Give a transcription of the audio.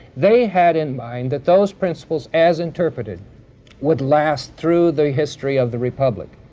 they had in mind that those principles as interpreted would last through the history of the republic,